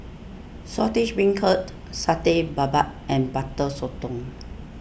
Saltish Beancurd Satay Babat and Butter Sotong